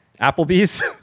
Applebee's